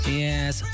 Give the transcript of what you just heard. yes